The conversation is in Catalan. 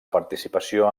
participació